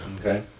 okay